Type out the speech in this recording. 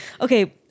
okay